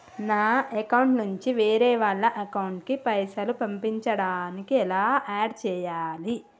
నా అకౌంట్ నుంచి వేరే వాళ్ల అకౌంట్ కి పైసలు పంపించడానికి ఎలా ఆడ్ చేయాలి?